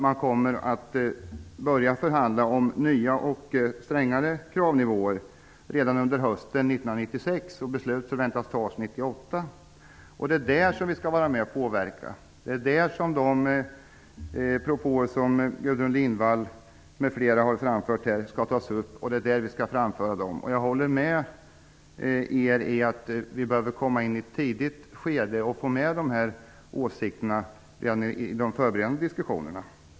Man kommer att börja förhandla om nya och strängare kravnivåer redan under hösten 1996, och beslut förväntas tas 1998. Det är där vi skall vara med och påverka. Det är där de propåer som Gudrun Lindvall m.fl. har framfört här skall tas upp. Det är där vi skall framföra dem. Jag håller med om att vi behöver komma in i ett tidigt skede och få med dessa åsikter redan i de förberedande diskussionerna.